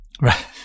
right